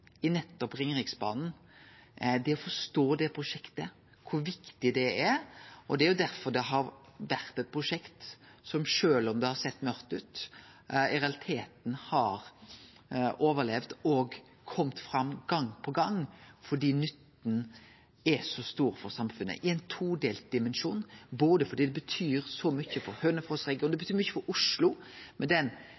med nettopp Ringeriksbanen – det å forstå det prosjektet, kor viktig det er – vil eg seie at det har vore eit prosjekt som, sjølv om det har sett mørkt ut, i realiteten har overlevd og kome fram gong på gong, fordi nytta er så stor for samfunnet, i ein todelt dimensjon. Det er fordi det betyr så mykje for Hønefoss-regionen, det